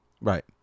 Right